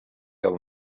all